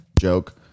joke